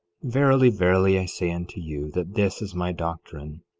verily, verily, i say unto you, that this is my doctrine,